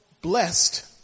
blessed